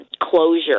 closure